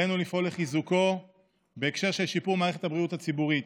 עלינו לפעול לחיזוקו בהקשר של שיפור מערכת הבריאות הציבורית,